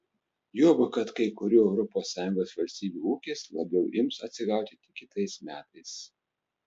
juoba kad kai kurių europos sąjungos valstybių ūkis labiau ims atsigauti tik kitais metais